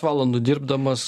valandų dirbdamas